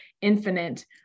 infinite